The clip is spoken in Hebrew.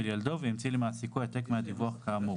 ילדו והמציא למעסיקו העתק מהדיווח כאמור.